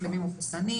מחלימים או מחוסנים.